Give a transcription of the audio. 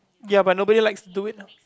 ya but nobody likes to do it aye